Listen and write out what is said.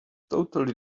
totally